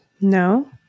no